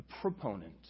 proponent